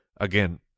again